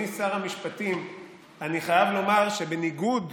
אני חייב לומר שבניגוד